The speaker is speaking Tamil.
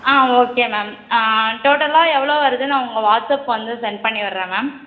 ஆ ஓகே மேம் ஆ டோட்டலாக எவ்வளோ வருதுன்னு நான் உங்கள் வாட்சப்புக்கு வந்து சென்ட் பண்ணிவிடுகிறேன் மேம்